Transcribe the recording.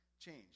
change